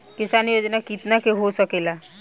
किसान योजना कितना के हो सकेला?